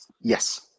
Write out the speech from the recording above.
yes